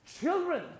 Children